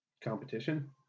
competition